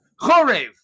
Chorev